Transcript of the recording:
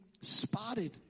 spotted